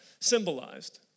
symbolized